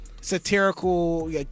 satirical